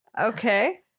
Okay